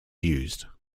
used